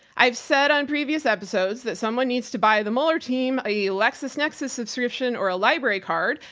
i've said on previous episodes that someone needs to buy the mueller team a yeah lexisnexis subscription or a library card.